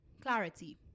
clarity